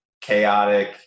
chaotic